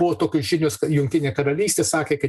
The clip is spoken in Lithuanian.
buvo tokios žinios jungtinė karalystė sakė kad